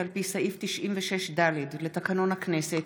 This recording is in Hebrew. כי על פי סעיף 96(ד) לתקנון הכנסת,